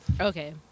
okay